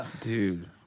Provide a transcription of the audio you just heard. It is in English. dude